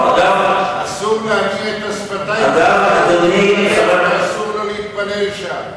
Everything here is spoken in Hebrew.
אסור לו להניע את השפתיים ואסור לו להתפלל שם.